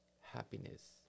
happiness